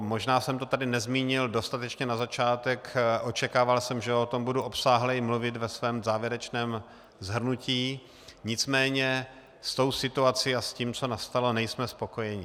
Možná jsem to tady nezmínil dostatečně na začátek, očekával jsem, že o tom budu obsáhleji mluvit ve svém závěrečném shrnutí, nicméně se situací a s tím, co nastalo, nejsme spokojeni.